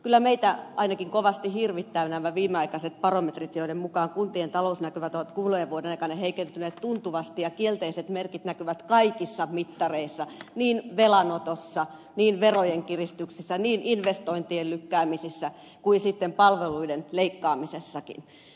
kyllä meitä ainakin kovasti hirvittävät nämä viimeaikaiset barometrit joiden mukaan kuntien talousnäkymät ovat kuluneen vuoden aikana heikentyneet tuntuvasti ja kielteiset merkit näkyvät kaikissa mittareissa niin velanotossa niin verojen kiristyksissä niin investointien lykkäämisissä kuin palveluiden leikkaamisessakin